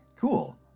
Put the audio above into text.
Cool